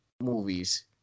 movies